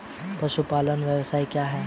पशुपालन व्यवसाय क्या है?